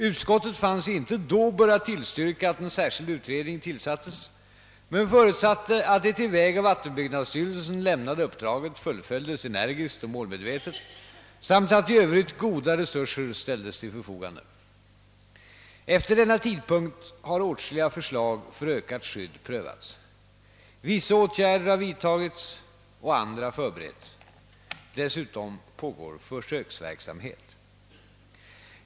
Utskottet fann sig inte då böra tillstyrka att en särskild utredning tillsattes men förutsatte att det till vägoch vattenbyggnadsstyrelsen lämnade uppdraget fullföljdes energiskt och målmedvetet samt att i övrigt goda resurser ställdes till förfogande. Efter denna tidpunkt har åtskilliga förslag för ökat skydd prövats. Vissa åtgärder har vidtagits och andra förbereds. Dessutom pågår försöksverksamhet.